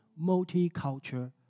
multicultural